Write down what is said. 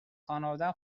خانوادم